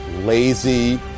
lazy